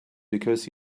because